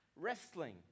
Wrestling